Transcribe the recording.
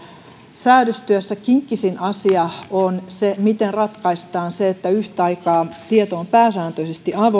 säädöstyössä kinkkisin asia on se miten ratkaistaan se että yhtä aikaa tieto on pääsääntöisesti